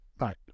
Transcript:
Right